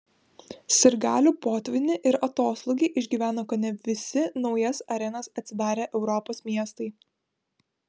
sirgalių potvynį ir atoslūgį išgyvena kone visi naujas arenas atsidarę europos miestai